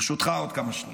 ברשותך, עוד כמה שניות.